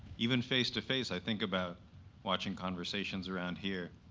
even face-to-face, i think about watching conversations around here.